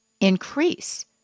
increase